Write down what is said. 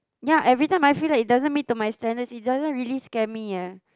ya every time I feel like it doesn't meet to my standard it doesn't really scare me eh